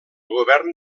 govern